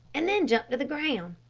and then jump to the ground.